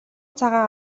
цагаан